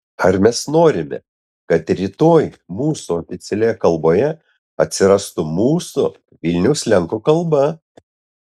ar mes norime kad rytoj mūsų oficialioje kalboje atsirastų mūsų vilniaus lenkų kalba